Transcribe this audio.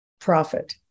profit